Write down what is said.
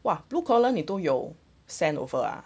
!wah! blue collar 你都有 send over ah